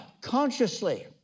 consciously